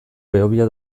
behobia